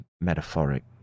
metaphoric